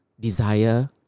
Desire